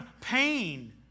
pain